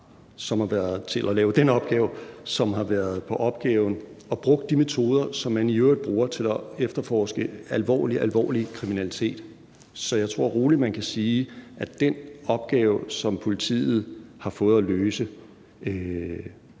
som har været sat til at lave den her opgave, som har været på opgaven og brugt de metoder, som man i øvrigt bruger til at efterforske alvorlig, alvorlig kriminalitet. Så jeg tror roligt, man kan sige, at den opgave, som politiet har fået at løse,